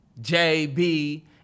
JB